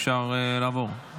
אפשר לעבור.